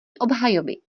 obhajoby